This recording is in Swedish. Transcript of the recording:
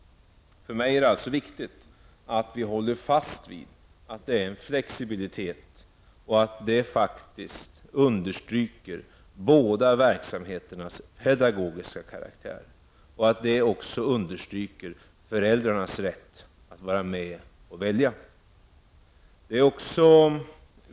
För mig är det viktigt att vi håller fast vid en flexibilitet, som understryker båda verksamheternas pedagogiska karaktär och även föräldrarnas rätt att vara med och välja.